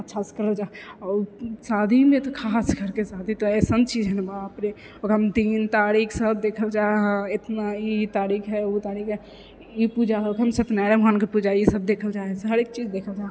अच्छासँ करल जा हइ आओर शादीमे तऽ खास करिके शादी तऽ अइसन चीज हइ ने बाप रे ओकरामे दिन तारीखसब देखल जा हइ एतना ई तारीख हइ ओ तारिख हइ ई पूजा हम सत्यनारायण भगवानके पूजामे ईसब देखल जा हइ हरेक चीज देखल जा हइ